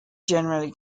generally